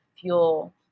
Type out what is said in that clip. fuel